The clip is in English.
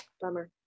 Bummer